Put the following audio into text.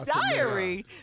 Diary